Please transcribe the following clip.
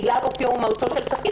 בגלל אופיו ומהותו של תפקיד,